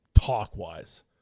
talk-wise